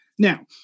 Now